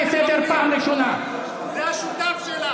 זה השותף שלך.